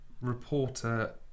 reporter